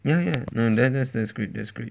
ya ya ya no then that's great that's great